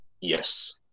Yes